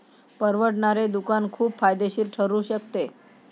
परवडणारे दुकान खूप फायदेशीर ठरू शकते